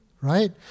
right